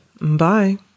bye